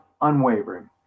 unwavering